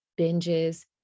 binges